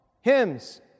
hymns